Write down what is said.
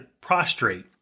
prostrate